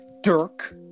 Dirk